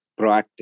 proactive